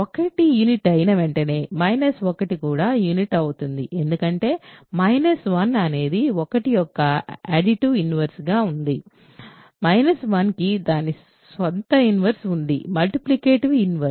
1 unit అయిన వెంటనే minus 1 కూడా యూనిట్ అవుతుంది ఎందుకంటే మైనస్ 1 అనేది 1 యొక్క ఎడిటివ్ ఇన్వర్స్ గా ఉంది మైనస్ 1 కి దాని స్వంత ఇన్వర్స్ ఉంది మల్టిప్లికేటివ్ ఇన్వర్స్